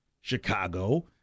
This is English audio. Chicago